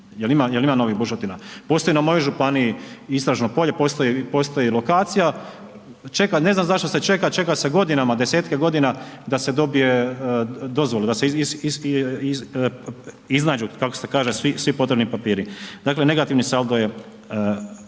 jel ima novih bušotina? postoji na mojoj županiji istražno polje, postoji lokacija, čeka, ne znam zašto se čeka, čeka se godinama, desetke godina, da se dobije dozvola, da se iznađu, kako se kažu, svi potrebni papiri, dakle, negativni saldo je,